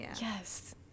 yes